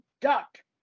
Duck